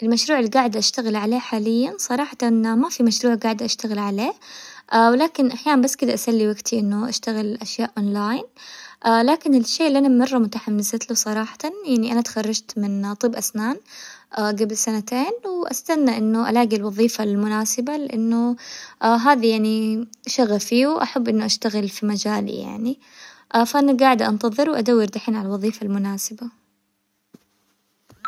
المشروع اللي قاعدة أشتغل عليه حالياً صراحةً ما في مشروع قاعدة أشتغل عليه حالياً، ولكن أحياناً بس كذا أسلي وقتي إنه أشتغل أشياء أون لاين، لكن الشي اللي أنا مرة متحمستله صراحةً يعني أنا تخرجت من طب أسنان قبل سنتين، وأستنى إنه ألاقي الوظيفة المناسبة إنه هذا يعني شغفي وأحب إنه أشتغل في مجالي يعني، فأنا قاعدة أنتظر وأدور دحين على الوظيفة المناسبة.